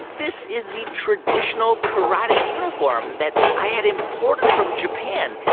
this is the traditional karate uniform that i had imported from japan.